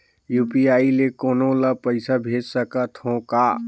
UPI ले कोनो ला पइसा भेज सकत हों का?